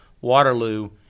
Waterloo